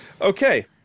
Okay